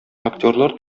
актерлар